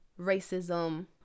racism